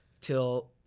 till